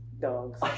dogs